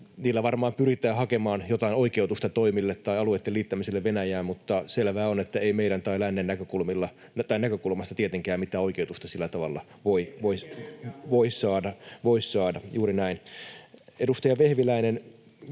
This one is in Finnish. Niillä varmaan pyritään hakemaan jotain oikeutusta toimille tai alueitten liittämiselle Venäjään, mutta selvää on, että ei meidän tai lännen näkökulmasta tietenkään mitään oikeutusta sillä tavalla voi saada. [Ben